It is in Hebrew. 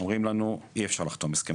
אומרים לנו שאי אפשר לחתום הסכם.